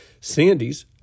Sandys